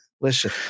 listen